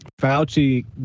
Fauci